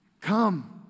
come